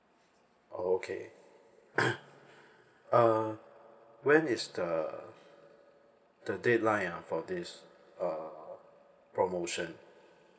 okay uh when is the the deadline ah for this uh promotion